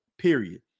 period